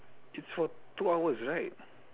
it's for two hours right